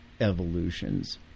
evolutions